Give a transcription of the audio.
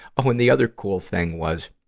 oh, and the other cool thing was,